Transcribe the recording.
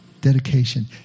dedication